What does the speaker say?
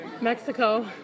Mexico